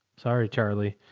sorry, charlie,